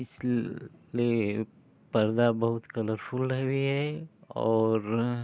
इसलिए पर्दा बहुत कलरफुल भी है और